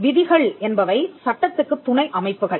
விதிகள் என்பவை சட்டத்துக்குத் துணை அமைப்புகள்